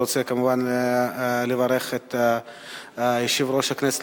אני רוצה כמובן לברך את יושב-ראש הכנסת